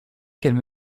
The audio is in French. qu’elle